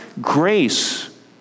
grace